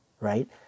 right